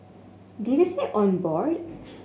did we say on board